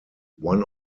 one